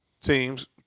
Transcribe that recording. teams